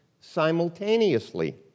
simultaneously